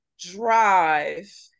drive